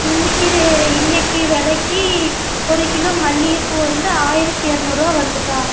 இன்னைக்கு ரே இன்னைக்கு விலைக்கி ஒரு கிலோ மல்லிகைப்பூ வந்து ஆயிரத்து இரநூறுவா வருதுக்கா